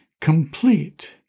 complete